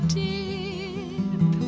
deep